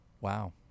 wow